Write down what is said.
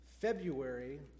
February